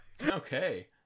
Okay